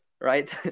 right